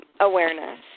awareness